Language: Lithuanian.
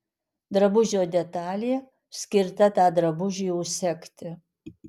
drabužio detalė skirta tą drabužį užsegti